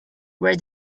were